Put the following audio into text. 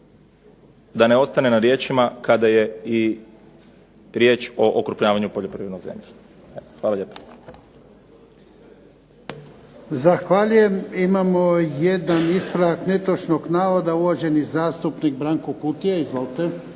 Da ne ostane na riječima kada je i riječ o okrupljavanju poljoprivrednog zemljišta. Eto, hvala lijepo.